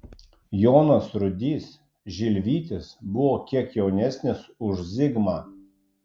jonas rudys žilvytis buvo kiek jaunesnis už zigmą